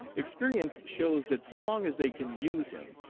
experience shows that so long as they can use him,